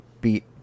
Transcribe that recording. beat